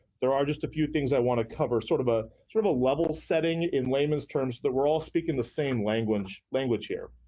there are just a few things i want to cover, sort of ah sort of a level-setting in layman's terms, so we're all speaking the same language language here.